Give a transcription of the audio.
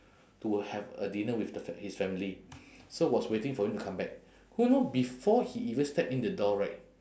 to have a dinner with the fa~ his family so was waiting for him to come back who know before he even step in the door right